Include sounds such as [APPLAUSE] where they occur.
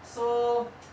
so [NOISE]